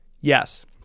yes